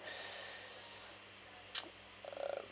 err